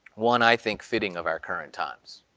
one i think fitting of our current times